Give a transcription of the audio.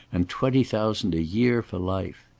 and twenty thousand a year for life.